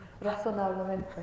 razonablemente